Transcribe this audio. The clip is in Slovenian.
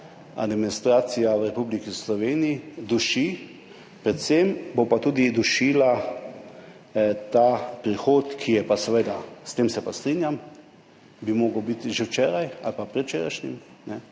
administracija v Republiki Sloveniji duši. Predvsem bo pa dušila tudi ta prehod, ki bi pa seveda, s tem se pa strinjam, moral biti že včeraj ali pa predvčerajšnjim.